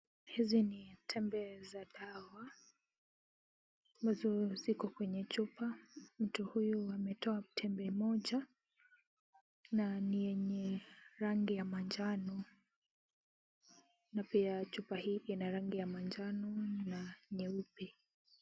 Hizi ni tembe za dawa ambazo ziko kwenye chupa . Mtu huyu ametoa tembe moja na ni yenye rangi ya manjano na pia chupa hii ina rangi ya manjano na nyeupe.